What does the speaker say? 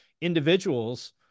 individuals